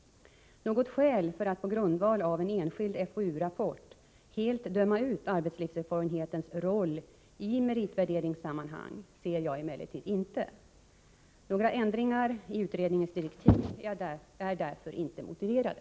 Något skäl för att på grundval av en enskild FoU-rapport helt döma ut arbetslivserfarenhetens roll i meritvärderingssammanhang ser jag emellertid inte. Några ändringar i utredningens direktiv är därför inte motiverade.